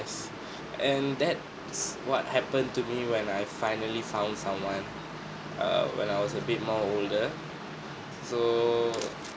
and that's what happened to me when I finally fond someone err when I was a bit more older so